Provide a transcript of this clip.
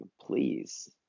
Please